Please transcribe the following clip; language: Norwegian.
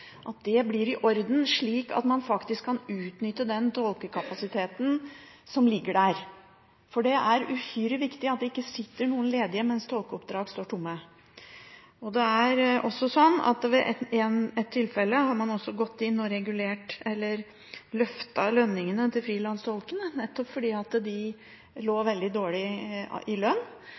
ansatte tolkene, blir i orden, slik at man kan utnytte den tolkekapasiteten som ligger der. Det er uhyre viktig at det ikke sitter noen ledige mens tolkeoppdrag står tomme. Ved ett tilfelle har man også gått inn og løftet lønningene til freelancetolkene, nettopp fordi de lå veldig lavt i lønn.